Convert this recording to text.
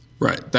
Right